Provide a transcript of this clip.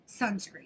sunscreen